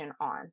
on